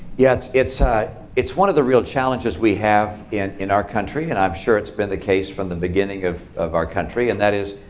yeah it's it's ah one of the real challenges we have in in our country. and i'm sure it's been the case from the beginning of of our country. and that is,